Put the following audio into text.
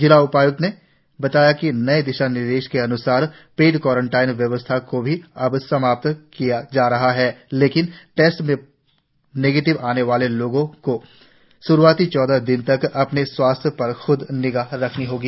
जिला उपाय्क्त ने बताया कि नए दिशानिर्देशों के अन्सार पेड क्वारेंटाइन व्यवस्था को भी अब समाप्त किया जा रहा है लेकिन टेस्ट में निगेटिव आने वाले लोगों को श्रुआती चौदह दिनों तक अपने स्वास्थ्य पर खुद निगाह रखनी होगी